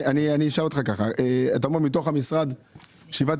אבל אני חושב שהעלייה הזאת צריכה